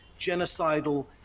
genocidal